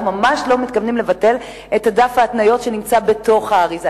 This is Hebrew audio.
אנחנו ממש לא מתכוונים לבטל את דף ההתוויות שנמצא בתוך האריזה,